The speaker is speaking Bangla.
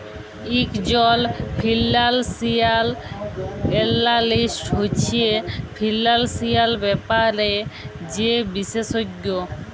ইকজল ফিল্যালসিয়াল এল্যালিস্ট হছে ফিল্যালসিয়াল ব্যাপারে যে বিশেষজ্ঞ